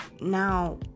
now